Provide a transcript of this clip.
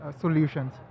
solutions